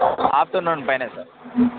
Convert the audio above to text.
afternoon పైనే sir